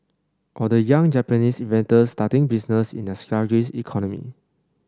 or the young Japanese inventors starting businesses in their sluggish economy